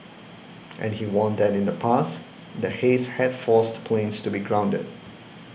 and he warned that in the past the haze had forced planes to be grounded